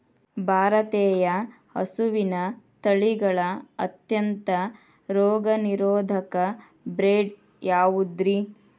ಭಾರತೇಯ ಹಸುವಿನ ತಳಿಗಳ ಅತ್ಯಂತ ರೋಗನಿರೋಧಕ ಬ್ರೇಡ್ ಯಾವುದ್ರಿ?